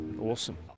awesome